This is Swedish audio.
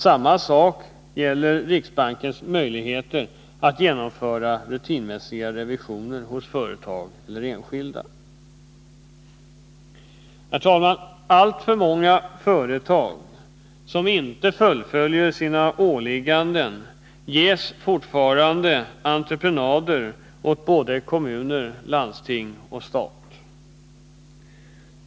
Samma sak gäller riksbankens möjligheter att genomföra rutinmässiga revisioner hos företag eller enskilda. Herr talman! Alltför många företag som inte fullföljer sina åligganden ges fortfarande entreprenaduppdrag åt kommuner, landsting och stat.